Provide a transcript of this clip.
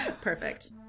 Perfect